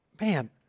Man